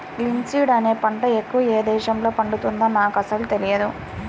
linseed అనే పంట ఎక్కడ ఏ దేశంలో పండుతుందో నాకు అసలు తెలియదు